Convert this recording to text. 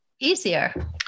easier